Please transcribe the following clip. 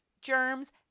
germs